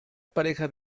pareja